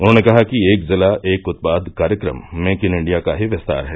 उन्होंने कहा कि एक जिला एक उत्पाद कार्यक्रम मेक इन इंडिया का ही विस्तार है